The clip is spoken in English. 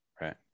right